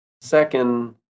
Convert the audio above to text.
second